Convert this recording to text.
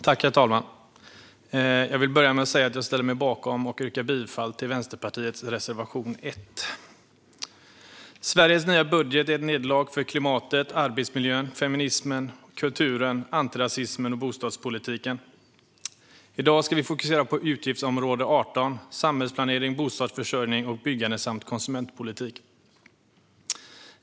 Herr talman! Jag vill börja med att säga att jag ställer mig bakom och yrkar bifall till Vänsterpartiets reservation 1. Sveriges nya budget är ett nederlag för klimatet, arbetsmiljön, feminismen, kulturen, antirasismen och bostadspolitiken. I dag ska vi fokusera på utgiftsområde 18 Samhällsplanering, bostadsförsörjning och byggande samt konsumentpolitik.